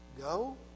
go